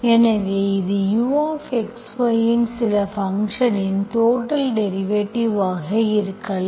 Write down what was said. எனவே இது Uxy இன் சில ஃபங்க்ஷன் இன் டோடல் டெரிவேட்டிவ் ஆக இருக்கலாம்